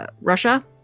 Russia